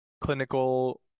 clinical